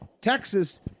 Texas